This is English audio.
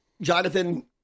Jonathan